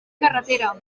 carretera